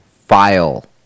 file